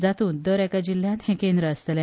जातूंत दर एका जिल्ह्यात हे केंद्र आसतले